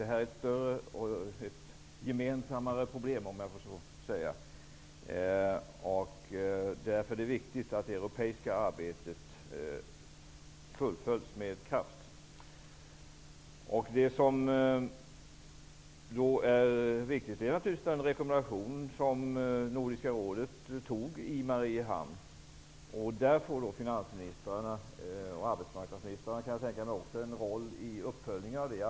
Det är ett större och -- om uttrycket tillåts -- mera gemensamt problem än så. Det är därför viktigt att det europeiska arbetet med kraft fullföljs. Det som då är viktigt är naturligtvis den rekommendation som Nordiska rådet antog i Mariehamn, och i uppföljningen av det arbetet får finansministrarna en roll. Jag kan också tänka mig att arbetsmarknadsministrarna får det.